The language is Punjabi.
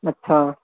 ਅੱਛਾ